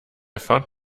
found